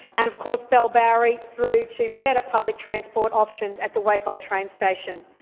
and of course bellbowrie through to better public transport options at the wacol train station.